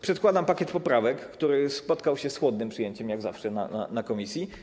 Przedkładam pakiet poprawek, który spotkał się z chłodnym przyjęciem, jak zawsze, w komisji.